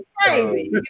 crazy